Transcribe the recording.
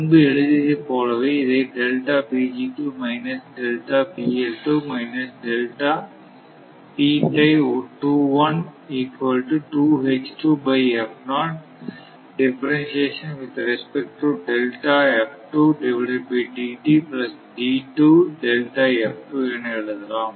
முன்பு எழுதியதை போலவே இதை என எழுதலாம்